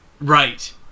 Right